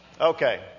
Okay